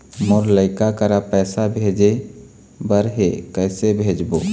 मोर लइका करा पैसा भेजें बर हे, कइसे भेजबो?